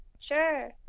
sure